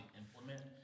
implement